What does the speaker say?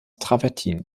travertin